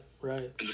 right